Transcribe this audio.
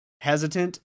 hesitant